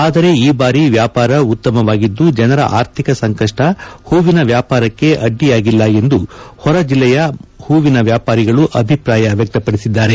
ಆದರೆ ಈ ಬಾರಿ ವ್ಯಾಪಾರ ಉತ್ತಮವಾಗಿದ್ದು ಜನರ ಆರ್ಥಿಕ ಸಂಕಷ್ಟ ಹೂವಿನ ವ್ಯಾಪಾರಕ್ಕೆ ಅಡ್ಡಿಯಾಗಿಲ್ಲ ಎಂದು ಹೊರ ಜಿಲ್ಲೆಯ ಹೂವಿನ ವ್ಯಾಪಾರಿಗಳು ಅಭಿಪ್ರಾಯ ವ್ಯಕ್ತಪಡಿಸಿದ್ದಾರೆ